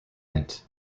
hint